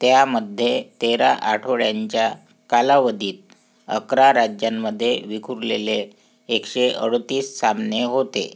त्यामध्ये तेरा आठवड्यांच्या कालावधीत अकरा राज्यांमध्ये विखुरलेले एकशे अडतीस सामने होते